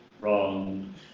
wrong